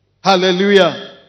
Hallelujah